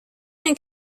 and